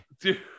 Dude